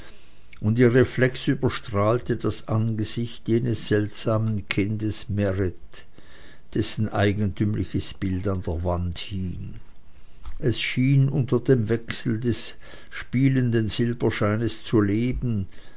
und ihr reflex überstrahlte das angesicht jenes seltsamen kindes meret dessen altertümliches bild an der wand hing es schien unter dem wechseln des spielenden silberscheines zu leben